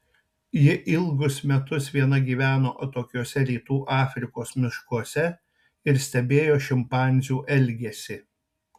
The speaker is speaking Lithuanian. ji ilgus metus viena gyveno atokiuose rytų afrikos miškuose ir stebėjo šimpanzių elgesį